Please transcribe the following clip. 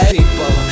people